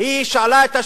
היא שאלה את השאלה: